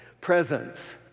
Presence